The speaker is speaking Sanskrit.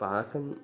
पाकं